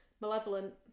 Malevolent